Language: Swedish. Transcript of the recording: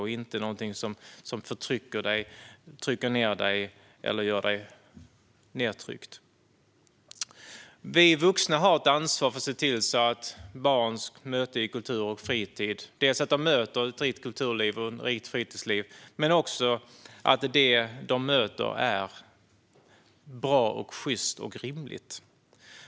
Nätet ska inte vara någonting som förtrycker dig, trycker ned dig eller gör dig nedtryckt. Vi vuxna har ett ansvar för att se till att barn möter kultur och fritid. De ska möta ett rikt kulturliv och ett rikt fritidsliv, men det de möter ska också vara bra, sjyst och rimligt.